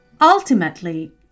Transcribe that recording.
Ultimately